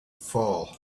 fall